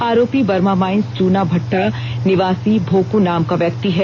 आरोपी बर्मामाइंस चूना भट्टा निवासी भोकू नाम का व्यक्ति है